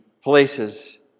places